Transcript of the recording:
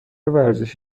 ورزش